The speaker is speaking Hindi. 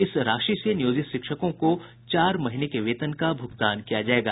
इस राशि से नियोजित शिक्षकों को चार महीने के वेतन का भूगतान किया जायेगा